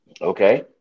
Okay